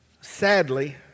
Sadly